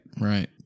Right